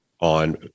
on